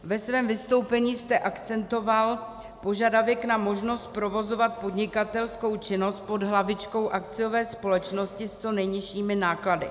Ve svém vystoupení jste akcentoval požadavek na možnost provozovat podnikatelskou činnost pod hlavičkou akciové společnosti s co nejnižšími náklady.